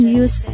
use